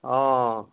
অঁ